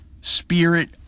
spirit